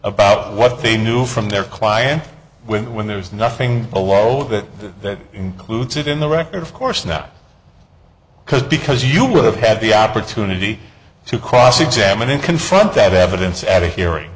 about what they knew from their client when when there's nothing below that that includes it in the record of course not because because you would have had the opportunity to cross examine him confront that evidence at a hearing